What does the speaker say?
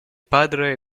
padre